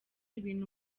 ibintu